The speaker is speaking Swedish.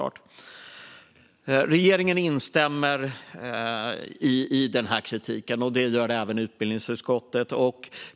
Regeringen instämmer i kritiken, och det gör även utbildningsutskottet.